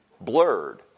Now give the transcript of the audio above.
blurred